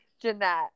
Jeanette